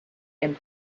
and